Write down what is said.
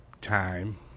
time